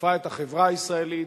ששטפה את החברה הישראלית,